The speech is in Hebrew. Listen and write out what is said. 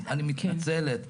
אני מתנצלת,